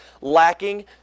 lacking